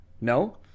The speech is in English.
No